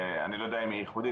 אני לא יודע אם היא ייחודית,